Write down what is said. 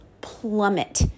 plummet